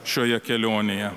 šioje kelionėje